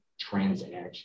transaction